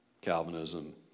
Calvinism